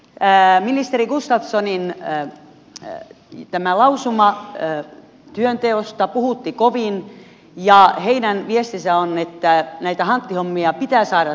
pääministeri katsoo niin ikään sitä ministeri gustafssonin lausuma työnteosta puhutti kovin ja heidän viestinsä on että näitä hanttihommia pitää saada tehdä